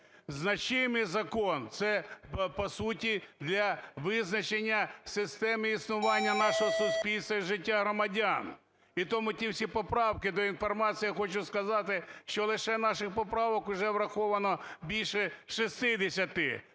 значимий закон, це, по суті, для визначення системи існування нашого суспільства і життя громадян. І тому ті всі поправки, до інформації я хочу сказати, що лише наших поправок уже враховано більше 60-и.